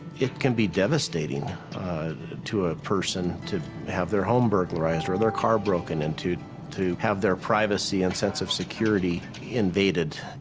it can be devastating to a person to have their home burglarized or their car broken into to have their privacy and sense of security invaded.